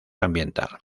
ambiental